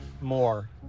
More